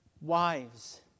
wives